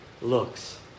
looks